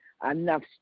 enough